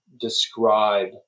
describe